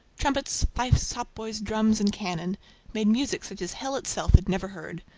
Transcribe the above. trumpets, fifes, hautboys, drums, and cannon made music such as hell itself had never heard.